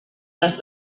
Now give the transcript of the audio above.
des